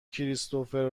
کریستوفر